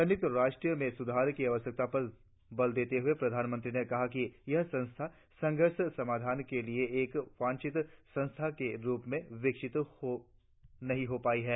संयुक्त राष्ट्र में सुधार की आवश्यकता पर बल देते हुए प्रधानमंत्री ने कहा कि यह संस्था संघर्ष समाधान के लिए एक वांछित संस्थान के रुप में विकसित नहीं हो पाई है